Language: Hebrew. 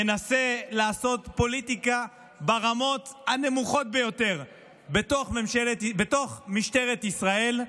מנסה לעשות פוליטיקה ברמות הנמוכות ביותר בתוך משטרת ישראל,